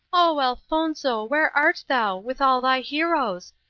oh, elfonzo! where art thou, with all thy heroes?